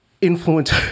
influence